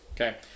Okay